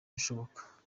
bishoboka